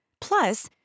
Plus